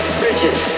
bridges